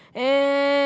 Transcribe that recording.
and